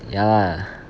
ya lah